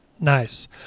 Nice